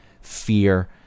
fear